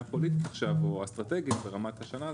פוליטית עכשיו או אסטרטגית ברמת השנה הזאת.